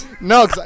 No